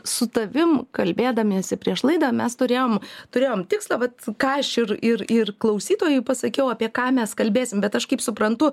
su tavim kalbėdamiesi prieš laidą mes turėjom turėjom tikslą vat ką aš ir ir ir klausytojui pasakiau apie ką mes kalbėsim bet aš kaip suprantu